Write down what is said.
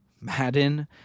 Madden